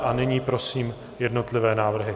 A nyní prosím jednotlivé návrhy.